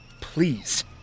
Please